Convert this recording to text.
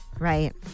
Right